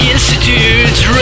Institute's